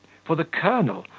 for the colonel,